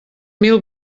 mil